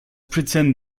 pretend